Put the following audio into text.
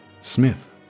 Smith